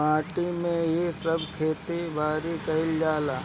माटी में ही सब खेती बारी कईल जाला